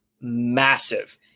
massive